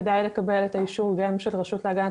כדאי לקבל את האישור גם של הרשות להגנת